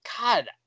god